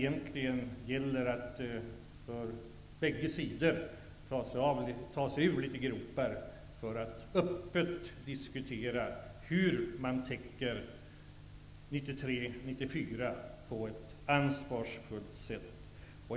Det gäller för båda sidor att ta sig ur några gropar för att öppet kunna diskutera hur man täcker 1993 och 1994 på ett ansvarsfullt sätt.